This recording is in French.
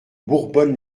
bourbonne